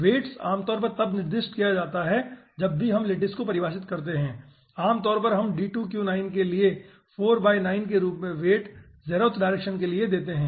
watts आमतौर पर तब निर्दिष्ट किया जाता है जब भी हम लैटिस को परिभाषित करते हैं आमतौर पर हम D2Q9 के लिए 4 9 के रूप में वेट ज़ेरोथ डायरेक्शन के लिए देते हैं